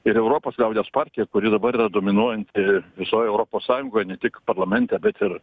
ir europos liaudies partija kuri dabar yra dominuojanti visoj europos sąjungoj ne tik parlamente bet ir